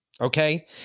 Okay